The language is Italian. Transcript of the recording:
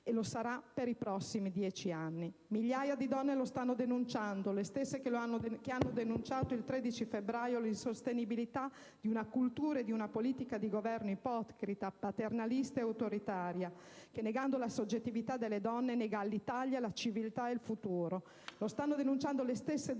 e lo sarà per i prossimi 10 anni. Migliaia di donne lo stanno denunciando, le stesse che hanno denunciato il 13 febbraio scorso l'insostenibilità di una cultura e di una politica di governo ipocrita, paternalista ed autoritaria, che negando la soggettività delle donne nega all'Italia la civiltà e il futuro. Lo stanno denunciando le stesse donne